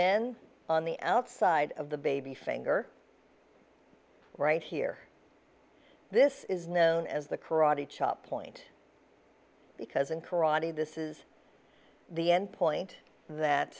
then on the outside of the baby finger right here this is known as the karate chop point because in karate this is the endpoint that